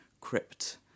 crypt